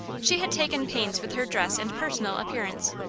she had taken pains with her dress and personal appearance,